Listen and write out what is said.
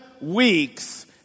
weeks